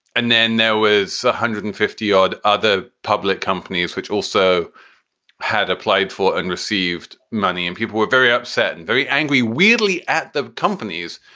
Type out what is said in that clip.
and then there was one hundred and fifty odd other public companies which also had applied for and received money. and people were very upset and very angry, weirdly, at the companies.